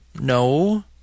No